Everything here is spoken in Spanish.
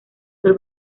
sol